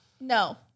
No